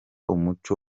umuco